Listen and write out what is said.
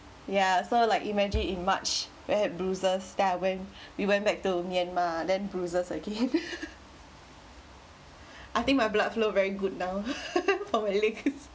ya so like imagine in march when I had bruises then I went we went back to myanmar then bruises again I think my blood flow very good now for my legs